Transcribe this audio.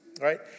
right